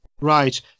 Right